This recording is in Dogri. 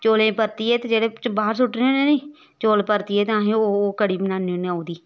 चौलें गी परतियै ते जेह्ड़े बाह्र सुट्टने होन्ने नी चौल परतियै ते अस ओह् ओह् कढ़ी बनान्ने होन्ने ओह्दी